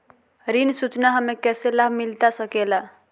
ऋण सूचना हमें कैसे लाभ मिलता सके ला?